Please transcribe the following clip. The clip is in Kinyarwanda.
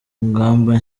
ngamba